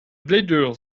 bladder